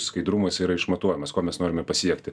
skaidrumas yra išmatuojamas ko mes norime pasiekti